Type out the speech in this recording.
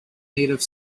native